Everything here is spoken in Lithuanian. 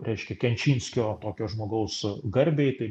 reiškia kenčinskio tokio žmogaus garbei tai